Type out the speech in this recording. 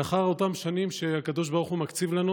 לאחר אותן שנים שהקדוש ברוך הוא מקציב לנו,